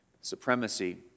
supremacy